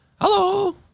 hello